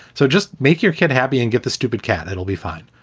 so just make your kid happy and get the stupid cat. it'll be fine.